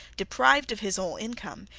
deprived of his whole income,